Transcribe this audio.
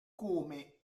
come